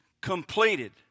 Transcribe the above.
completed